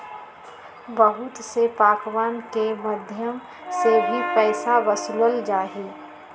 बहुत से पार्कवन के मध्यम से भी पैसा वसूल्ल जाहई